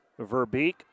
Verbeek